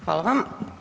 Hvala vam.